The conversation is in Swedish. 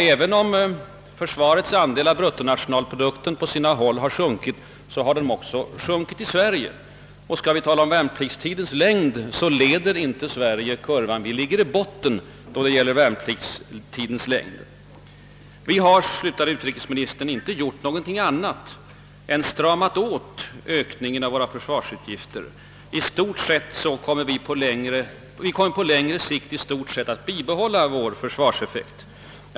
även om försvarets andel av bruttonationalprodukten på sina håll har sjunkit, har denna andel sjunkit också i Sverige. I fråga om värnpliktstidens längd leder Sverige inte heller kurvan, utan vårt land ligger därvidlag i botten. Vi har, slutade utrikesministern, inte gjort något annat än »stramat åt» ökningen av våra försvarsutgifter — vi kommer i stort sett att bibehålla vår försvarseffekt.